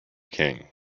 king